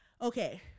okay